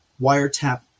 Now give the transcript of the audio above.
wiretap